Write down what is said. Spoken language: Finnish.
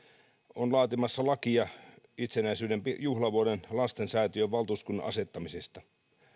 on laatimassa lakia itsenäisyyden juhlavuoden lastensäätiön valtuuskunnan asettamisesta